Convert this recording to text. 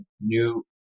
new